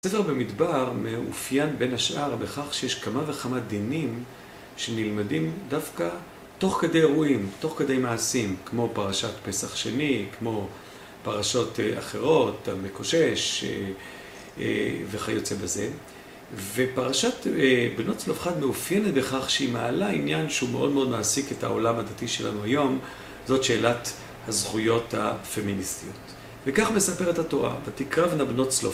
ספר במדבר מאופיין בין השאר בכך שיש כמה וכמה דינים שנלמדים דווקא תוך כדי אירועים, תוך כדי מעשים, כמו פרשת פסח שני, כמו פרשות אחרות, המקושש, וכיוצא בזה. ופרשת בנות צלופחד מאופיינת בכך שהיא מעלה עניין שהוא מאוד מאוד מעסיק את העולם הדתי שלנו היום, זאת שאלת הזכויות הפמיניסטיות. וכך מספרת התורה ותקרבנה בנות צלופחד.